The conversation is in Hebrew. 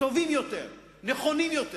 טובים יותר, נכונים יותר,